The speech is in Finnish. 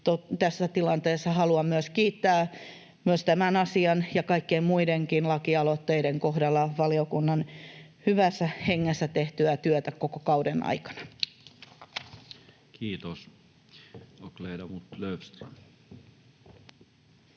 Tässä tilanteessa haluan myös kiittää tämän asian ja kaikkien muidenkin lakialoitteiden kohdalla valiokunnan hyvässä hengessä tehtyä työtä koko kauden aikana. [Speech